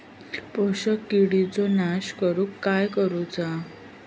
शोषक किडींचो नाश करूक काय करुचा?